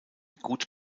gut